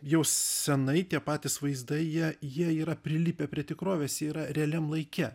jau senai tie patys vaizdai jie jie yra prilipę prie tikrovės jie yra realiam laike